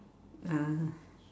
uh